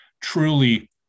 truly